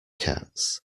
cats